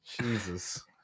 Jesus